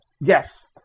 yes